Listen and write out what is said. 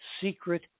Secret